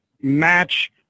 match